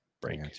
break